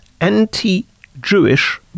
anti-Jewish